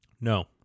No